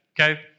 Okay